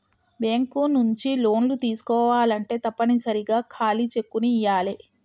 bank నుంచి లోన్లు తీసుకోవాలంటే తప్పనిసరిగా ఖాళీ చెక్కుని ఇయ్యాలే